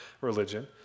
religion